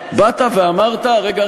באת ואמרת: רגע,